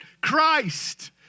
Christ